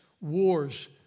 wars